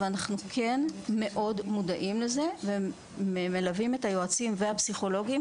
ואנחנו כן מאוד מודעים לזה ומלווים את היועצים והפסיכולוגים